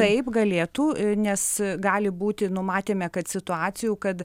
taip galėtų nes gali būti numatėme kad situacijų kad